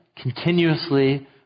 continuously